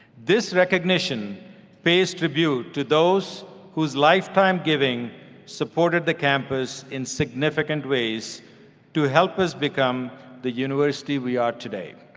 this recognition pays tribute to those whose lifetime giving supported the campus in significant ways to help us become the university we are today.